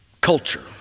culture